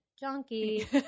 junkie